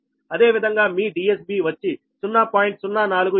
అదేవిధంగా మీ DSB వచ్చి 0